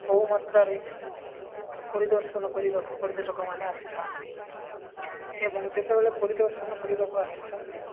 ବହୁମାତ୍ରାରେ ପରିଦର୍ଶନ କରିବାକୁ ପର୍ଯ୍ୟଟକମାନେ ଆସିଥାନ୍ତି ଏବଂ ଯେତେବେଳେ ପରିଦର୍ଶନ କରିବାକୁ ଆସିଥାନ୍ତି